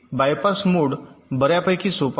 bypass mode बर्यापैकी सोपा आहे